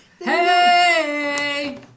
Hey